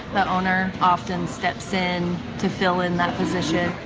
the owner often steps in to fill in that position.